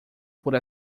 por